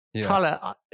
Tyler